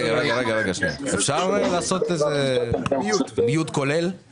הבנו שפרק הזמן המינימלי שמצד אחד